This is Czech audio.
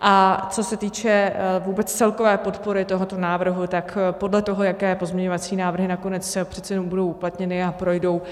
A co se týče celkové podpory toho návrhu, tak podle toho, jaké pozměňovací návrhy nakonec přece jenom budou uplatněny a projdou,